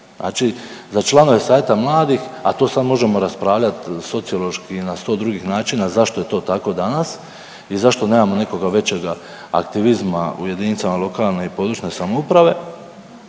Znači sa članove savjeta mladih, a to samo možemo raspravljati sociološki i na 100 drugih načina zašto je to tako danas i zašto nemamo nekoga većega aktivizma u jedinicama lokalne i područne samouprave,